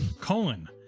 colon